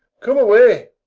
come, away!